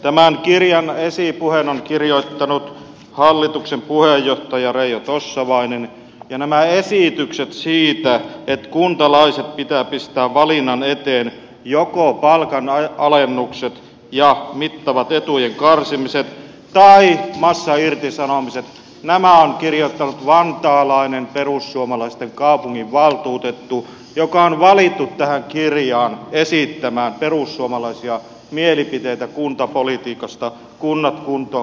tämän kirjan esipuheen on kirjoittanut hallituksen puheenjohtaja reijo tossavainen ja nämä esitykset siitä että kuntalaiset pitää pistää valinnan eteen joko palkanalennukset ja mittavat etujen karsimiset tai massairtisanomiset on kirjoittanut vantaalainen perussuomalaisten kaupunginvaltuutettu joka on valittu tähän kirjaan esittämään perussuomalaisia mielipiteitä kuntapolitiikasta kunnat kuntoon